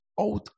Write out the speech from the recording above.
out